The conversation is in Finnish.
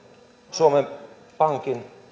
suomen pankin